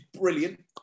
brilliant